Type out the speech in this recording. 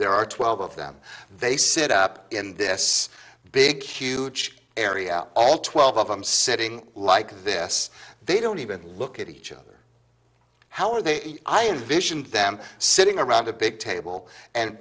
there are twelve of them they sit up in this big huge area all twelve of them sitting like this they don't even look at each other how are they i envision them sitting around a big table and